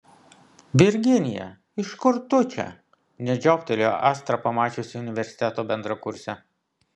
virginija iš kur tu čia net žioptelėjo astra pamačiusi universiteto bendrakursę